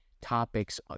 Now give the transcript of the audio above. topics